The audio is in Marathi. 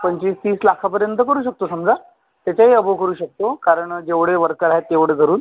पंचवीस तीस लाखापर्यंत करू शकतो समजा त्याच्याही अबोव करू शकतो कारण जेवढे वर्कर आहेत तेवढे धरून